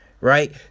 right